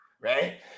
Right